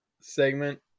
segment